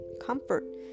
comfort